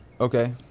okay